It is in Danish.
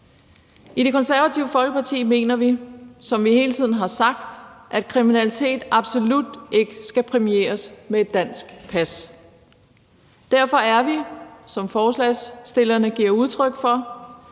I Det Konservative Folkeparti mener vi, som vi hele tiden har sagt, at kriminalitet absolut ikke skal præmieres med et dansk pas. Derfor er vi, som forslagsstillerne giver udtryk for,